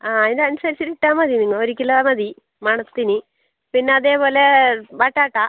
ആ അതിനനുസരിച്ച് ഇട്ടാൽ മതി നിങ്ങൾ ഒരു കിലോ മതി മണത്തിന് പിന്നെ അതേപോലേ